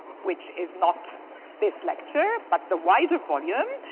which is not this lecture, but the wider volume,